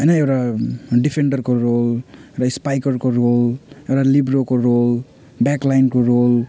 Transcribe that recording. होइन एउटा डिफेन्डरको रोल र स्पाइकरको रोल एउटा लिब्रोको रोल ब्याकलाइनको रोल